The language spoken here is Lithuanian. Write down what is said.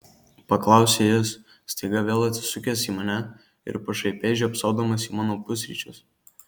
paklausė jis staiga vėl atsisukęs į mane ir pašaipiai žiopsodamas į mano pusryčius